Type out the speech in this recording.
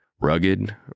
Rugged